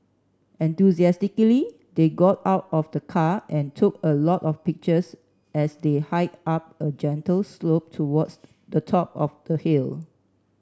enthusiastically they got out of the car and took a lot of pictures as they hiked up a gentle slope towards the top of the hill